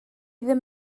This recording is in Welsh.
ddim